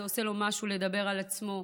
זה עושה לו משהו לדבר על עצמו.